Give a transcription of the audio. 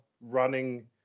running